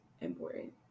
important